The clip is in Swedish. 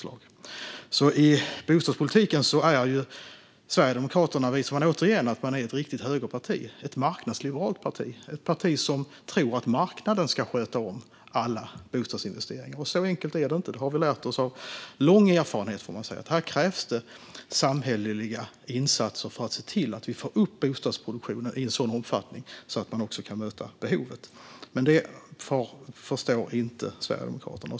I bostadspolitiken visar alltså Sverigedemokraterna återigen att man är ett riktigt högerparti, ett marknadsliberalt parti, ett parti som tror att marknaden ska sköta om alla bostadsinvesteringar. Så enkelt är det inte; det har vi lärt oss av lång erfarenhet. Här krävs samhälleliga insatser för att se till att vi får upp bostadsproduktionen i en sådan omfattning att vi också kan möta behovet. Detta förstår dock inte Sverigedemokraterna.